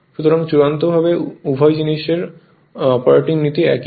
সুতরাং চূড়ান্তভাবে উভয় জিনিসের অপারেটিং নীতি একই হয়